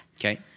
Okay